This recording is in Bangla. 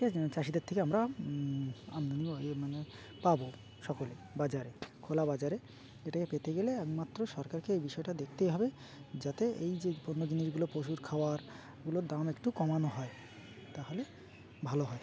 ঠিক আছে চাষিদের থেকে আমরা আমদানিও ইয়ে মানে পাবো সকলে বাজারে খোলা বাজারে এটাকে পেতে গেলে একমাত্র সরকারকে এই বিষয়টা দেখতেই হবে যাতে এই যে পণ্য জিনিসগুলো পশুর খাওয়ারগুলোর দাম একটু কমানো হয় তাহলে ভালো হয়